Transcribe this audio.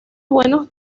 buenos